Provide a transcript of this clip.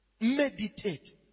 meditate